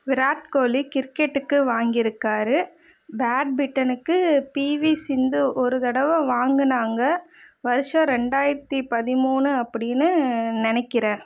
விராட் கோலி கிரிக்கெட்டுக்கு வாங்கியிருக்காரு பேட்பிட்டனுக்கு பிவி சிந்து ஒரு தடவை வாங்கினாங்க வருடம் ரெண்டாயிரத்தி பதிமூணு அப்படின்னு நினக்கிறேன்